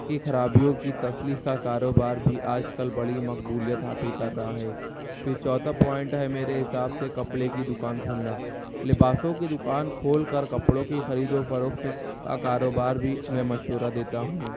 کی خرابیوں کی کا کاروبار بھی آج کل بڑی مقبولیت حاصل کر رہا ہے پھر چوتھا پوائنٹ ہے میرے حساب سے کپڑے کی دکان کھولنا لباسوں کی دکان کھول کر کپڑوں کی خرید و فروخت کا کروبار بھی میں مشورہ دیتا ہوں